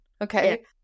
Okay